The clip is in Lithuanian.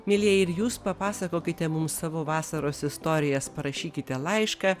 mielieji ir jūs papasakokite mums savo vasaros istorijas parašykite laišką